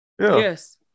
yes